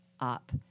Up